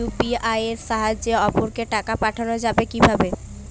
UPI এর সাহায্যে অপরকে টাকা পাঠানো যাবে কিভাবে?